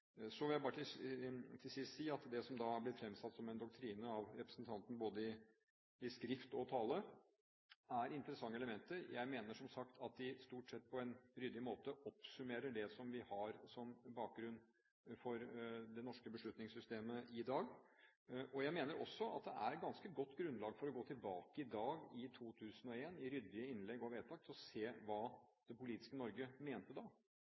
Så vil jeg bare til sist si at det som er blitt fremsatt som en doktrine av representanten, både i skrift og i tale, er interessante elementer. Jeg mener, som sagt, at de stort sett på en ryddig måte oppsummerer det vi har som bakgrunn for det norske beslutningssystemet i dag. Jeg mener også at det er ganske godt grunnlag for å gå tilbake i dag til ryddige innlegg og vedtak i 2001, for å se hva det politiske Norge mente da.